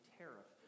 tariff